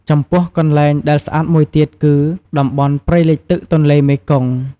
ចំពោះ កន្លែងដែលស្អាតមួយទៀតគឺ តំបន់ ព្រៃលិចទឹកទន្លេមេគង្គ។